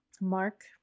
Mark